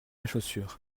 chaussure